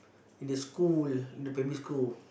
in the school in the primary school